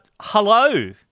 hello